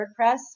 WordPress